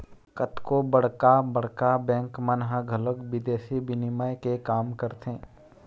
कतको बड़का बड़का बेंक मन ह घलोक बिदेसी बिनिमय के काम करथे